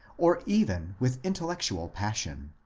or even with intellectual passion.